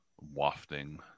wafting